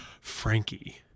Frankie